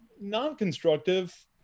non-constructive